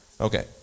Okay